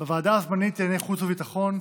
בוועדה הזמנית לענייני חוץ וביטחון: